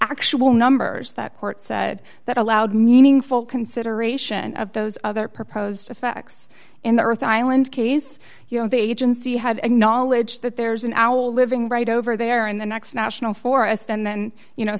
actual numbers that court said that allowed meaningful consideration of those other proposed effects in the earth island case you know the agency had knowledge that there's a now living right over there in the next national forest and then you know